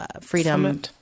Freedom